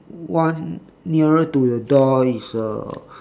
one nearer to the door is a